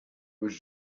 was